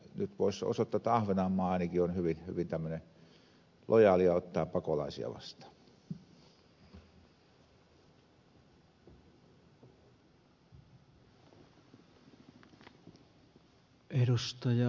nyt voisi osoittaa jotta ahvenanmaa ainakin on hyvin lojaali ja ottaa pakolaisia vastaan